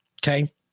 Okay